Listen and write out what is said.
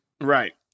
Right